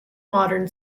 modern